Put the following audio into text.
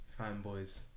fanboys